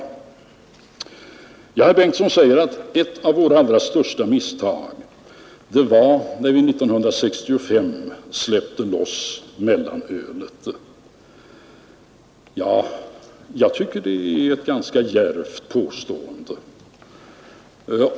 Herr Torsten Bengtson säger att ett av våra allra största misstag var när vi 1965 släppte loss mellanölet. Jag tycker det är ett ganska djärvt påstående.